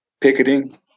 picketing